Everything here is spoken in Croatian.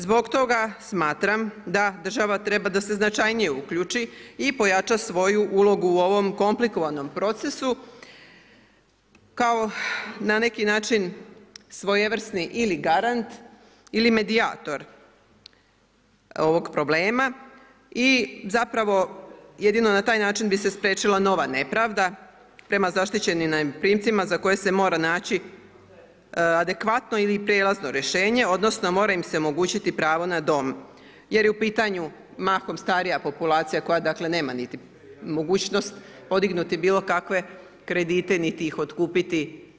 Zbog toga smatram da država treba da se značajnije uključi i pojača svoju ulogu u ovom komplikovanom procesu kao na neki način svojevrsni ili garant ili medijator ovog problema i zapravo jedino na taj način bi se spriječila nova nepravda prema zaštićenim najmoprimcima za koje se mora naći adekvatno ili prijelazno rješenje, odnosno mora im se omogućiti pravo na dom, jer je u pitanju mahom starija populacija koja dakle nema niti mogućnost podignuti bilo kakve kredite niti ih otkupiti.